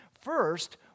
first